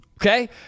okay